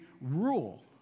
rule